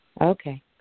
Okay